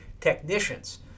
technicians